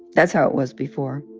that's how it was before